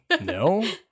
no